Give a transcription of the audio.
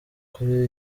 kuri